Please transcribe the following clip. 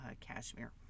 cashmere